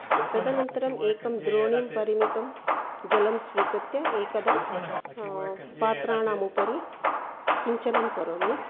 तदनन्तरम् एकं द्रोणीं परिमितं जलं स्वीकृत्य एकदा पात्राणाम् उपरि सिञ्चनं करोमि